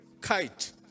kite